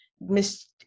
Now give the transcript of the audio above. Miss